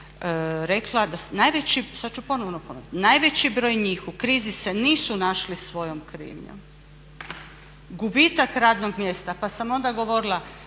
ponovit, najveći broj njih u krizi se nisu našli svojom krivnjom. Gubitak radnog mjesta, pa sam onda govorila